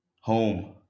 Home